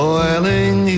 Boiling